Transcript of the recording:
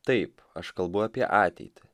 taip aš kalbu apie ateitį